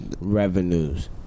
revenues